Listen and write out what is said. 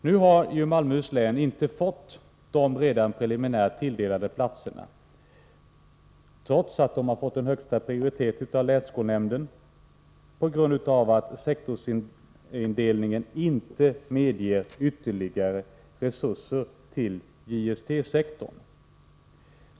Nu har Malmöhus län emellertid inte fått de preliminärt redan tilldelade platserna, trots att de fått högsta prioritet av länsskolnämnden, på grund av att sektorsindelningen inte medger ytterligare resurser till JST-sektorn.